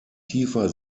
tiefer